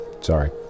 sorry